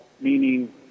Meaning